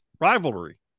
Rivalry